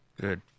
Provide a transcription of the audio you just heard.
Good